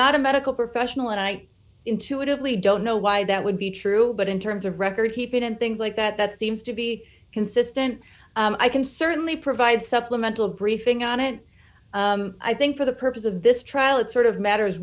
not a medical professional and i intuitively don't know why that would be true but in terms of record keeping and things like that that seems to be consistent i can certainly provide supplemental briefing on it i think for the purpose of this trial it sort of matters